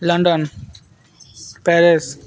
London Paris